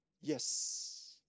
Yes